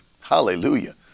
Hallelujah